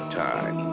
time